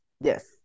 Yes